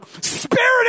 Spirit